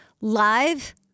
Live